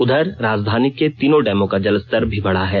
उधर राजधानी के तीनों डैमों का जलस्तर भी बढ़ा है